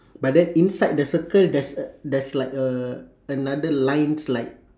but then inside the circle there's a there's like uh another lines like